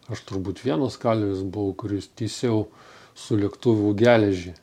aš turbūt vienas kalvis buvau kuris tįsiau su lėktuvu geležį